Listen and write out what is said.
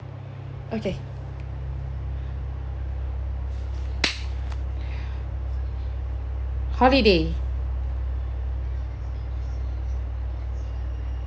okay holiday